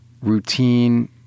routine